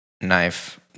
knife